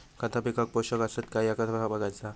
खता पिकाक पोषक आसत काय ह्या कसा बगायचा?